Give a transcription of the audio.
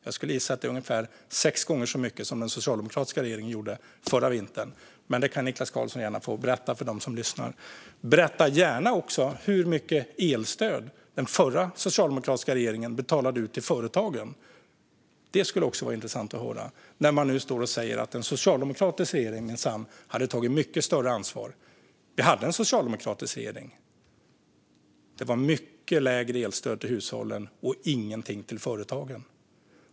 Jag skulle gissa att det är ungefär sex gånger så mycket som den socialdemokratiska regeringen gjorde förra vintern, men det kan Niklas Karlsson gärna få berätta för dem som lyssnar. Berätta gärna också hur mycket elstöd den förra socialdemokratiska regeringen betalade ut till företagen. Det skulle också vara intressant att höra, när man nu står och säger att en socialdemokratisk regering minsann hade tagit mycket större ansvar. Vi hade en socialdemokratisk regering. Det var mycket lägre elstöd till hushållen, och ingenting till företagen.